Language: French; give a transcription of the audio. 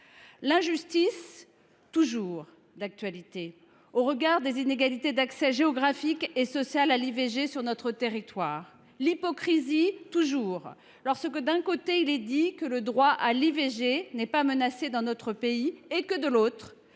injustice » est toujours d’actualité, au regard des inégalités d’accès géographiques et sociales à l’IVG sur notre territoire. L’« hypocrisie » est toujours d’actualité, lorsque, d’un côté, il est dit que le droit à l’IVG n’est pas menacé dans notre pays et que, de l’autre,